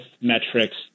metrics